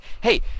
Hey